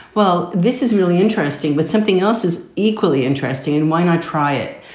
well, this is really interesting. but something else is equally interesting and why not try it?